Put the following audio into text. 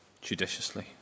judiciously